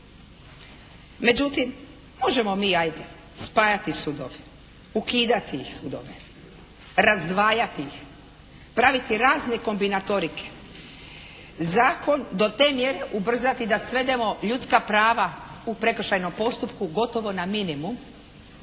Međutim, možemo mi ajde spajati sudove, ukidati sudove, razdvajati ih, praviti razne kombinatorike, zakon do te mjere ubrzati da svedemo ljudska prava u prekršajnom postupku gotovo na minimum